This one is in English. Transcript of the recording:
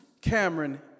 Cameron